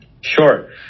Sure